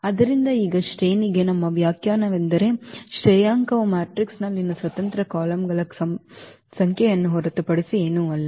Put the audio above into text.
ಆದ್ದರಿಂದ ಈಗ ಶ್ರೇಣಿಗೆ ನಮ್ಮ ವ್ಯಾಖ್ಯಾನವೆಂದರೆ ಶ್ರೇಯಾಂಕವು ಮ್ಯಾಟ್ರಿಕ್ಸ್ನಲ್ಲಿನ ಸ್ವತಂತ್ರ ಕಾಲಮ್ಗಳ ಸಂಖ್ಯೆಯನ್ನು ಹೊರತುಪಡಿಸಿ ಏನೂ ಅಲ್ಲ